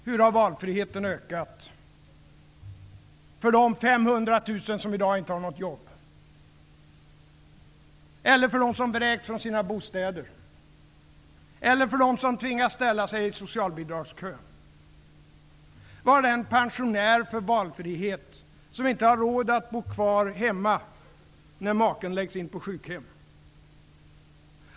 Hur har valfriheten ökat för de 500 000 som i dag inte har något jobb, eller för alla dem som vräkts från sina bostäder, eller för dem som tvingas ställa sig i socialbidragskön? Vad har den pensionär för valfrihet som inte har råd att bo kvar hemma när maken läggs in på sjukhem?